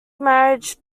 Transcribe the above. marriage